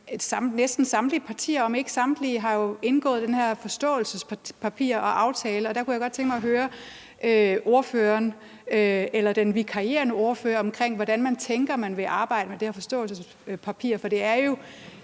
næsten samtlige partier, hvis ikke samtlige, har jo indgået aftalen om forståelsespapiret. Der kunne jeg godt tænke mig at høre ordføreren omkring, hvordan man tænker man vil arbejde med det her forståelsespapir. For det er jo